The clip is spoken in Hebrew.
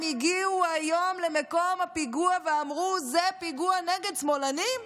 הם הגיעו היום למקום הפיגוע ואמרו: זה פיגוע נגד שמאלנים.